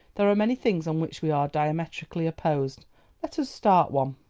there are many things on which we are diametrically opposed let us start one.